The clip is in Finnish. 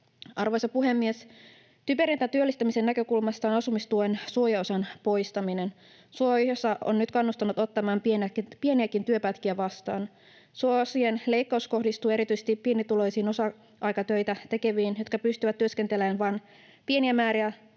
Arvoisa puhemies! Typerintä työllistämisen näkökulmasta on asumistuen suojaosan poistaminen. Suojaosa on nyt kannustanut ottamaan pieniäkin työpätkiä vastaan. Suojaosien leikkaus kohdistuu erityisesti pienituloisiin osa-aikatöitä tekeviin, jotka pystyvät työskentelemään vain pieniä määriä